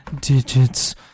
digits